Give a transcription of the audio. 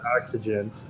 oxygen